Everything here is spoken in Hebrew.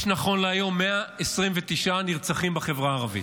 נכון להיום יש 129 נרצחים בחברה הערבית.